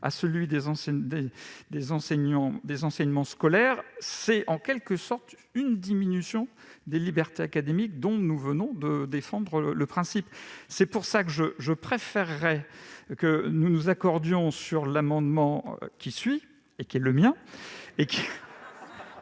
à celui de l'enseignement scolaire constitue en quelque sorte une diminution des libertés académiques, dont nous venons justement de défendre le principe. C'est pour cette raison que je préférerais que nous nous accordions sur l'amendement qui suit, à savoir le mien